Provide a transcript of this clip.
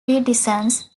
precedence